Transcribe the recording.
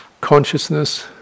consciousness